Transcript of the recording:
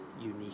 unique